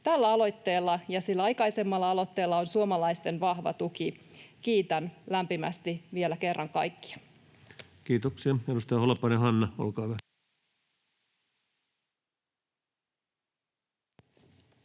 Tällä aloitteella ja sillä aikaisemmalla aloitteella on suomalaisten vahva tuki. Kiitän lämpimästi vielä kerran kaikkia. Kiitoksia. — Edustaja Holopainen, Hanna, olkaa hyvä.